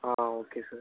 ah okay sir